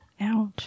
Ouch